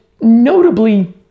notably